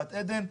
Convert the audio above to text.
גבעת עדן.